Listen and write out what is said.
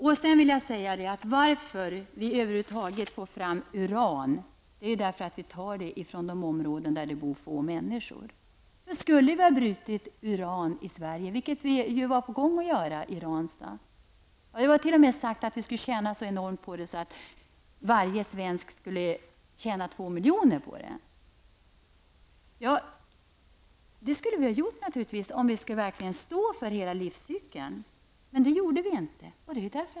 Anledningen till att vi över huvud taget får fram uran är att vi tar det från områden där det bor få människor. Vi var ju på gång att bryta uran själva i Ranstad. Det sades att varje svensk skulle tjäna 2 miljoner på det. Det skulle vi naturligtvis ha gjort också, om vi verkligen skulle ha stått för hela livscykeln. Men det gjorde vi inte.